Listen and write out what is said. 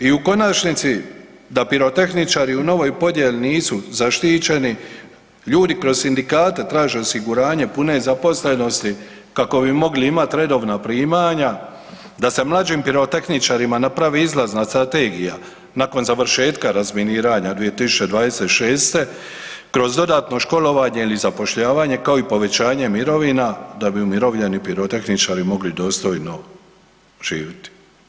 I u konačnici, da pirotehničari u novoj podjeli nisu zaštićeni ljudi kroz sindikate traže osiguranje pune zaposlenosti kako bi mogli imati redovna pitanja, da se mlađim pirotehničarima napravi izlazna strategija nakon završetka razminiranja 2026. kroz dodatno školovanje ili zapošljavanje kao i povećanje mirovina da bi umirovljeni pirotehničari mogli dostojno živiti.